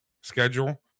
schedule